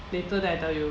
later that then I tell you